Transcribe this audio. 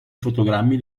fotogrammi